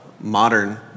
modern